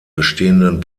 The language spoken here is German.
bestehenden